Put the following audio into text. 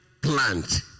plant